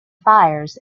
fires